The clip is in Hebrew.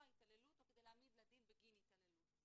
התעללות או כדי להעמיד לדין בגין התעללות.